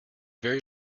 very